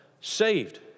saved